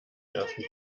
ersten